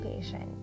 patient